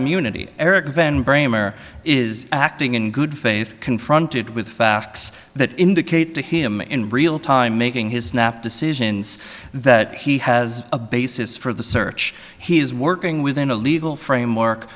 immunity eric van bramer is acting in good faith confronted with facts that indicate to him in real time making his snap decisions that he has a basis for the search he is working within the legal framework